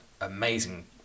amazing